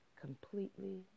completely